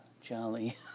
Charlie